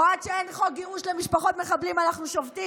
או עד שאין חוק גירוש למשפחות מחבלים אנחנו שובתים?